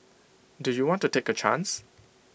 do you want to take A chance